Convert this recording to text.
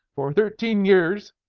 for thirteen years,